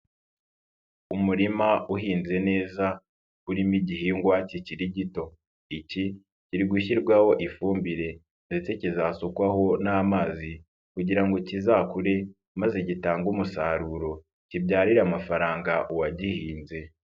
Umurima uhinze neza urimo igihingwa kikiri gito, iki kiri gushyirwaho ifumbire ndetse kizasukwaho n'amazi kugira ngo kizakure maze gitange umusaruro, kibyarire amafaranga uwagihinze.